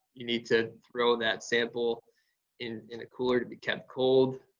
you need to throw that sample in in a cooler to be kept cold.